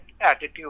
attitude